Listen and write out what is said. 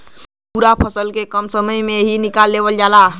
पूरा फसल के कम समय में ही निकाल लेवल जाला